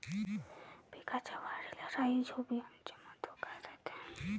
पिकाच्या वाढीले राईझोबीआमचे महत्व काय रायते?